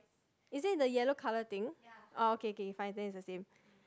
is it the yellow colour thing oh okay okay fine then it's the same